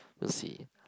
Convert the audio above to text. we'll see